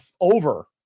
over